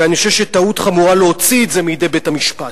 ואני חושב שטעות חמורה להוציא את זה מידי בית-המשפט.